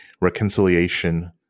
reconciliation